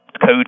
code